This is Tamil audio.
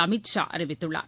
அமீத் ஷா அறிவித்துள்ளார்